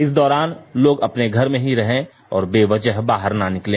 इस दौरान लोग अपने घर में ही रहें और बेवजह बाहर न निकले